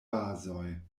bazoj